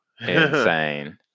Insane